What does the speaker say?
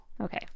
okay